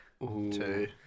Two